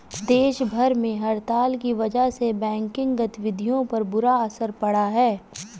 देश भर में हड़ताल की वजह से बैंकिंग गतिविधियों पर बुरा असर पड़ा है